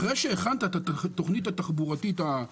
אחרי שהכנת את התוכנית התחבורתית הזו,